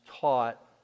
taught